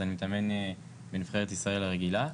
אז אני מתאמן בנבחרת ישראל הרגילה.